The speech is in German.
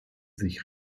sich